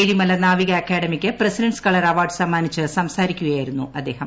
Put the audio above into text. ഏഴിമല നാവിക അക്കാദമിക്ക് president's colour award സമ്മാനിച്ച് സംസാരിക്കുകയായിരുന്നു അദ്ദേഹം